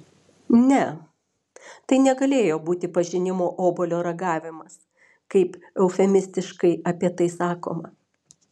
ne tai negalėjo būti pažinimo obuolio ragavimas kaip eufemistiškai apie tai sakoma